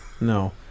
No